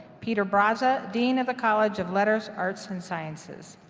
peter braza, dean of the college of letters, arts and sciences.